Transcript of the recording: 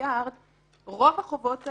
רוב החובות האלה,